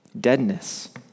Deadness